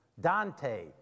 Dante